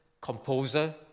composer